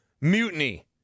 mutiny